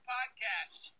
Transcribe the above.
Podcast